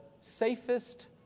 safest